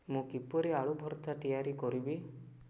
ମୁଁ କିପରି ଆଳୁ ଭର୍ତ୍ତା ତିଆରି କରିବି